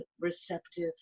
receptive